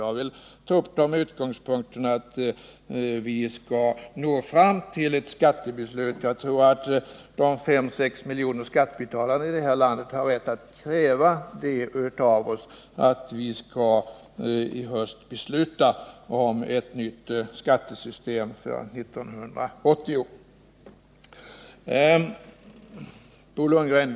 Jag vill göra det med den utgångspunkten att vi skall nå fram till ett skattebeslut. Jag tror att de 5-6 miljoner skattebetalarna här i landet har rätt att kräva av oss att vi i höst skall besluta om ett nytt skattesystem till 1980. Bo Lundgren!